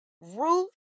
Ruth